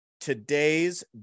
today's